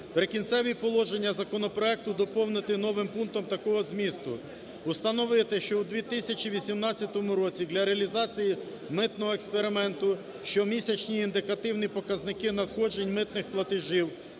Прикінцеві положення законопроекту доповнити новим пунктом такого змісту: "Установити, що у 2018 році для реалізації митного експерименту щомісячні індикативні показники надходжень митних платежів